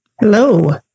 Hello